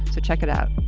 so check it out.